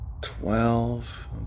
Twelve